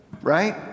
right